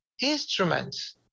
instruments